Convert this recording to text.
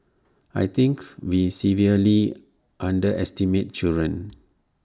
I think we severely underestimate children